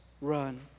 run